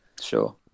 Sure